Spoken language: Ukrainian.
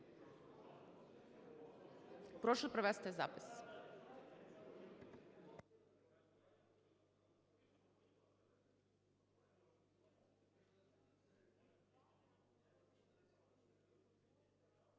Прошу провести запис.